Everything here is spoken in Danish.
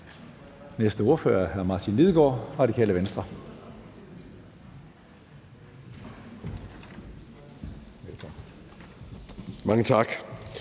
næste ordfører er hr. Martin Lidegaard, Radikale Venstre. Velkommen.